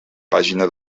pàgina